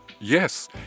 Yes